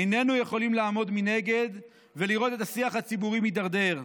לא יכולים לעמוד מנגד ולראות את השיח הציבורי מידרדר,